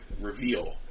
reveal